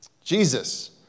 Jesus